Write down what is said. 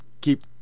keep